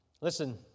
Listen